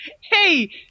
hey